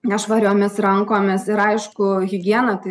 nešvariomis rankomis ir aišku higiena tai